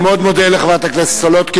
אני מאוד מודה לחברת הכנסת סולודקין.